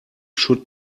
should